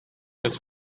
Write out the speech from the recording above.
his